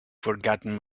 forgotten